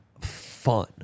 fun